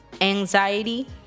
anxiety